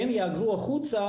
הן יהגרו החוצה,